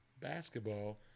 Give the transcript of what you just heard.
basketball